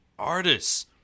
Artists